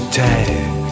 tag